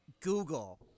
Google